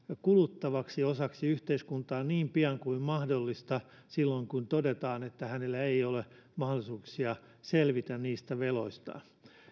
kuluttavaksi osaksi yhteiskuntaa niin pian kuin mahdollista silloin kun todetaan että hänellä ei ole mahdollisuuksia selvitä niistä veloistaan